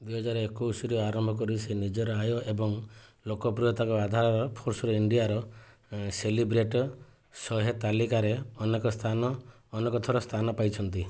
ଦୁଇହଜାର ଏକୋଇଶରୁ ଆରମ୍ଭ କରି ସେ ନିଜର ଆୟ ଏବଂ ଲୋକପ୍ରିୟତାକ ଆଧାର ଫୋର୍ସ ଇଣ୍ଡିଆର ସେଲିବ୍ରେଟ୍ ଶହେ ତାଲିକାରେ ଅନେକ ସ୍ଥାନ ଅନେକ ଥର ସ୍ଥାନ ପାଇଛନ୍ତି